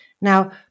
Now